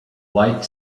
white